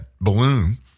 balloon